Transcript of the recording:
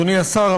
אדוני השר,